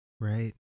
Right